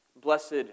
blessed